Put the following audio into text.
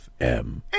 FM